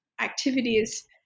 activities